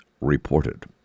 reported